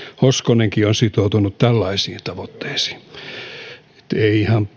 hoskonenkin on sitoutunut tällaisiin tavoitteisiin niin että ei ihan